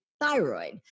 thyroid